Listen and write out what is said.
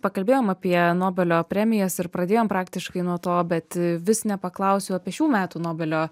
pakalbėjom apie nobelio premijas ir pradėjom praktiškai nuo to bet vis nepaklausiu apie šių metų nobelio